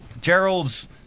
Gerald's